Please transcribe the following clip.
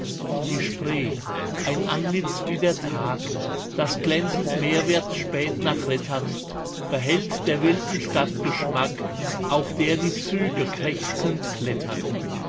die spree ein antlitz wie der tag das glänzend meerwärts späht nach rettern behält der wilden stadt geschmack auf der die züge krächzend klettern